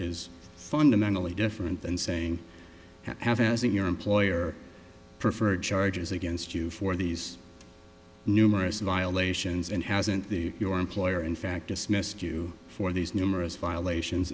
is fundamentally different than saying we have as in your employer preferred charges against you for these numerous violations and hasn't the your employer in fact dismissed you for these numerous violations